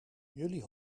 jullie